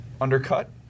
undercut